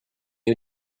you